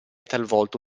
talvolta